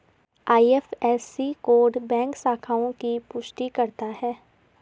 IFSC code bank शाखाओं की पुष्टि करता है